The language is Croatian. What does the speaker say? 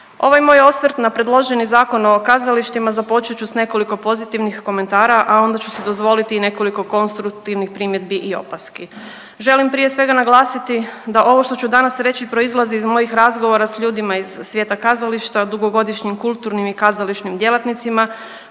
Ovaj moj osvrt na predloženi Zakon o kazalištima započet ću s nekoliko pozitivnih komentara, a onda ću si dozvoliti i nekoliko konstruktivnih primjedbi i opaski. Želim prije svega naglasiti da ovo što ću danas reći proizlazi iz mojih razgovora s ljudima iz svijeta kazališta o dugogodišnjim kulturnim i kazališnim djelatnicima